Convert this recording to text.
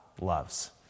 loves